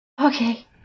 okay